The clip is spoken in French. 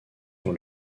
sur